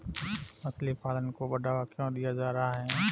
मछली पालन को बढ़ावा क्यों दिया जा रहा है?